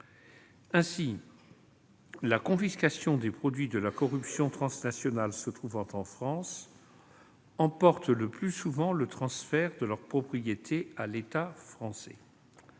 Ainsi, la confiscation des produits de la corruption transnationale se trouvant en France emporte le plus souvent le transfert de leur propriété à l'État français.